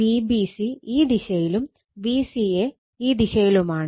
Vbc ഈ ദിശയിലും Vca ദിശയിലുമാണ്